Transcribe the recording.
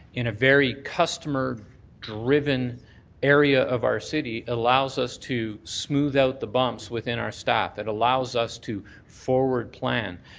in a very customer driven area of our city, allows us to smooth out the bumps within our staff. it allows us to forward plan.